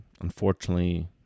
unfortunately